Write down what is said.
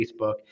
Facebook